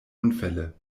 unfälle